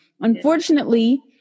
Unfortunately